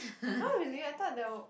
!huh! really I thought there will